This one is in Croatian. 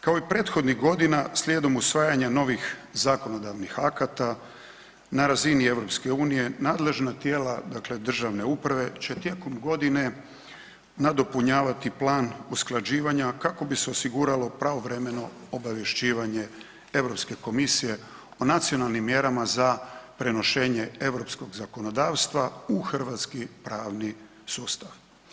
Kao i prethodnih godina slijedom usvajanja novih zakonodavnih akata na razini EU nadležna tijela dakle državne uprave će tijekom godine nadopunjavati plan usklađivanja kako bi se osiguralo pravovremeno obavješćivanje Europske komisije o nacionalnim mjerama za prenošenje europskog zakonodavstva u hrvatski pravni sustav.